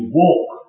walk